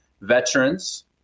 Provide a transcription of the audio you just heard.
Veterans